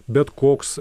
bet koks